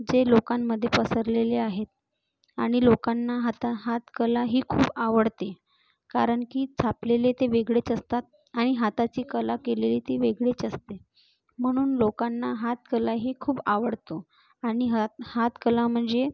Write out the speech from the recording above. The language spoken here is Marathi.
जे लोकांमध्ये पसरलेले आहेत आणि लोकांना आता हातकला ही खूप आवडते कारण की छापलेले ते वेगळेच असतात आणि हाताची कला केलेली ती वेगळीच असते म्हणून लोकांना हातकला ही खूप आवडतो आणि हा हात कला म्हणजे